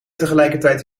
tegelijkertijd